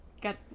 Got